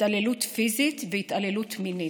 התעללות פיזית והתעללות מינית.